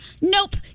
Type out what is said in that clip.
nope